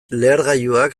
lehergailuak